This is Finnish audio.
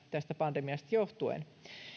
tästä pandemiasta johtuen